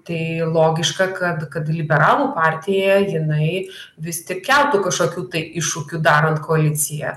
tai logiška kad kad liberalų partija jinai vis tik keltų kažkokių tai iššūkių darant koaliciją